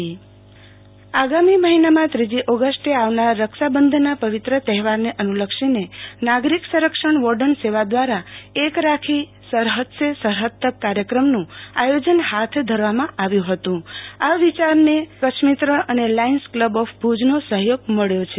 આરતી ભદ્દ જવાનોને રાખડી આગામી મહિનામાં ત્રીજી ઓગસ્ટે આવનાર રક્ષાબંધનનાં પવિત્ર તહેવારને અનુલક્ષીને નાગરિક સંરક્ષણ વોર્ડન સેવા દ્વારા એક રાખી સરહદ સે સરહદ તક કાર્યક્રમનું આયોજન હાથ ધરવામાં આવ્યું હતું આ વિચારને લાયન્સ કલબ ઓફ ભુજનો સહયોગ મળ્યો છે